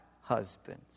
husbands